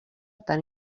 tant